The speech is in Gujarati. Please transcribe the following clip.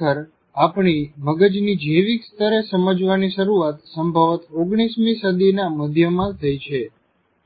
ખરેખર આપણી મગજની જૈવિક સ્તરે સમજવાની શરૂઆત સંભવત 19મી સદીના મધ્યમાં થઈ છે